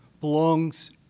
belongs